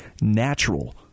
natural